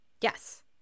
yes